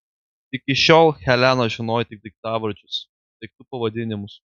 iki šiol helena žinojo tik daiktavardžius daiktų pavadinimus